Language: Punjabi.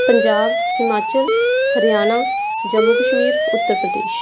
ਪੰਜਾਬ ਹਿਮਾਚਲ ਹਰਿਆਣਾ ਜੰਮੂ ਕਸ਼ਮੀਰ ਉੱਤਰ ਪ੍ਰਦੇਸ਼